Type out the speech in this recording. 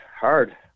hard